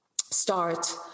start